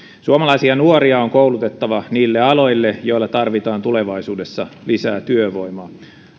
suomalaisia nuoria on koulutettava niille aloille joilla tarvitaan tulevaisuudessa lisää työvoimaa